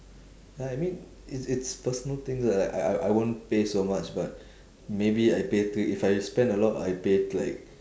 ya I mean it's it's personal thing like I I I won't pay so much but maybe I pay three if I spend a lot I pay like